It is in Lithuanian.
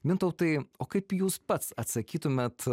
mintautai o kaip jūs pats atsakytumėt